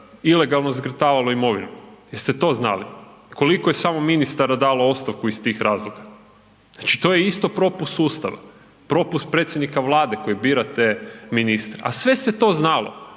ilegalno zgrtavalo imovinu? Jeste to znali koliko je samo ministara dalo ostavku iz tih razloga? Znači, to je isto propust sustava, propust predsjednika Vlade koji bira te ministre. A sve se to znalo.